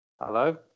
Hello